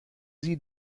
sie